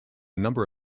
number